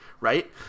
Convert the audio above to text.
right